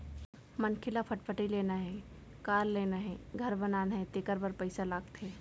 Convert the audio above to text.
मनखे ल फटफटी लेना हे, कार लेना हे, घर बनाना हे तेखर बर पइसा लागथे